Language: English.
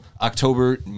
October